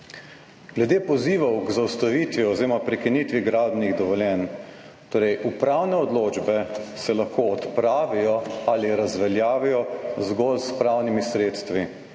Glede pozivov k zaustavitvi oziroma prekinitvi gradbenih dovoljenj, torej upravne odločbe se lahko odpravijo ali razveljavijo zgolj s pravnimi sredstvi